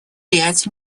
пять